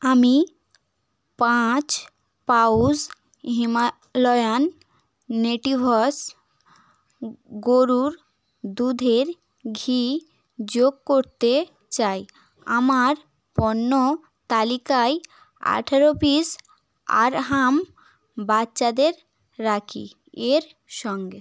আমি পাঁচ pouch Himalayan natives গরুর দুধের ঘি যোগ করতে চাই আমার পণ্য তালিকায় আঠের পিস আরহাম বাচ্চাদের রাখি এর সঙ্গে